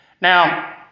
Now